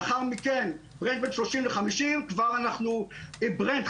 לאחר מכן, בין 30 ל-50 אנחנו עם ברנד.